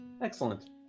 Excellent